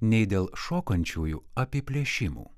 nei dėl šokančiųjų apiplėšimų